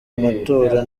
matora